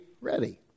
ready